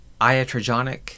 Iatrogenic